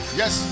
yes